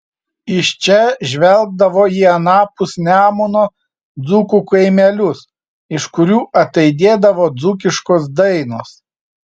iš čia žvelgdavo į anapus nemuno dzūkų kaimelius iš kurių ataidėdavo dzūkiškos dainos